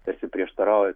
tarsi prieštarauja